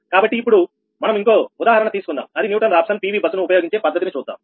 కాబట్టి ఇప్పుడు మనం ఇంకో ఉదాహరణ తీసుకుందాం అది న్యూటన్ రాఫ్సన్ PV బస్సు ను ఉపయోగించే పద్ధతిని చూద్దాం